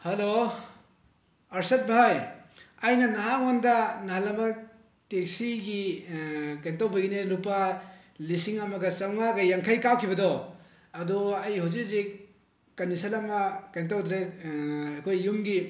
hello Arshad ꯚꯥꯏ ꯑꯩꯅ ꯅꯍꯥꯟ ꯅꯉꯣꯟꯗ ꯅꯍꯥꯟꯑꯃꯨꯛ ꯇꯤ ꯁꯤꯒꯤ ꯀꯩꯅꯣ ꯇꯧꯕꯒꯤꯅꯦ ꯂꯨꯄꯥ ꯂꯤꯁꯤꯡ ꯑꯃꯒ ꯆꯥꯝꯃꯉꯥꯒ ꯌꯥꯡꯈꯩ ꯀꯥꯞꯈꯤꯕꯗꯣ ꯑꯗꯣ ꯑꯩ ꯍꯧꯖꯤꯛ ꯍꯧꯖꯤꯛ ꯀꯟꯗꯤꯁꯟ ꯑꯃ ꯀꯩꯅꯣ ꯇꯧꯗ꯭ꯔꯦ ꯑꯩꯈꯣꯏ ꯌꯨꯝꯒꯤ